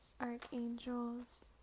archangels